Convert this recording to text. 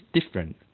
different